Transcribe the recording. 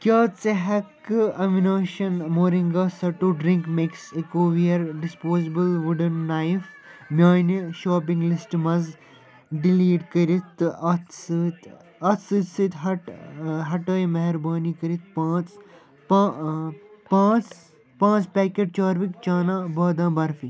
کیٛاہ ژٕ ہٮ۪ککھہٕ اَمِنوشَن moringa sattu drink mix eco ware disposable wooden knife میٛانہِ شاپِنٛگ لِسٹ منٛزٕ ڈِلیٖٹ کٔرِتھ تہٕ اَتھ سۭتۍ اَتھ سۭتۍ سۭتۍ ہٹ ہٹٲیِو مہربٲنی کٔرِتھ پانٛژھ پانٛژھ پانٛژھ پیکٮ۪ٹ چاروِک چانا بادام برفی